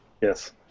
Yes